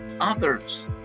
others